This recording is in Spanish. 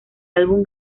álbum